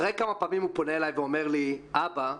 אחרי כמה פעמים הוא פונה אליי ואומר לי: אבא,